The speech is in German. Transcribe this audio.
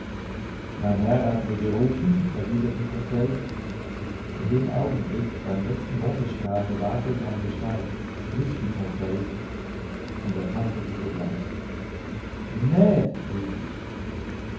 mein herr hat mir gerufen erwiderte conseil in dem augenblick beim letzten mondesstrahl gewahrte ich eine gestalt nicht die conseil's und erkannte sie sogleich ned rief ich